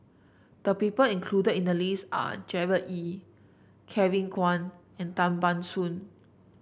the people included in the list are Gerard Ee Kevin Kwan and Tan Ban Soon